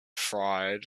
fried